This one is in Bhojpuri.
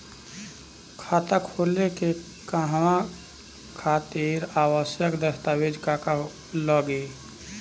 खाता खोले के कहवा खातिर आवश्यक दस्तावेज का का लगी?